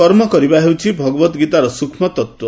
କର୍ମକରିବା ହେଉଛି ଭଗବତ ଗୀତାର ସ୍ୱକ୍ଷ୍ମ ତତ୍ତ୍ୱ